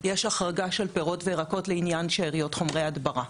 יש החרגה של פירות וירקות לעניין שאריות חומרי הדברה,